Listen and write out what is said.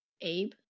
Abe